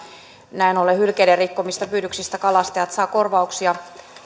näin ollen hylkeiden rikkomista pyydyksistä kalastajat saavat korvauksia